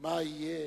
מה יהיה